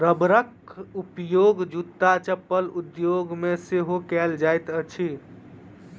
रबरक उपयोग जूत्ता चप्पल उद्योग मे सेहो कएल जाइत अछि